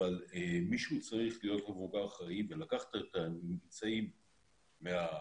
אבל מישהו צריך להיות מבוגר אחראי ולקחת את הממצאים מהמחקר,